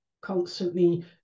Constantly